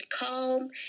calm